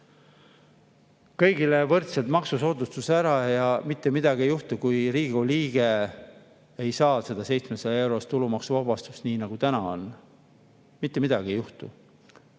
kõigile võrdse maksusoodustuse ära ja mitte midagi ei juhtu, kui Riigikogu liige ei saa seda 700‑eurost tulumaksuvabastust, nii nagu praegu on. Mitte midagi ei juhtu.